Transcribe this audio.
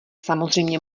samozřejmě